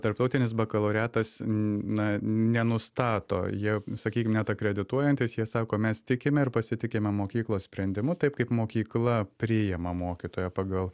tarptautinis bakalaureatas na nenustato jie sakykim net akredituojantys jie sako mes tikime ir pasitikime mokyklos sprendimu taip kaip mokykla priima mokytoją pagal